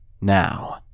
Now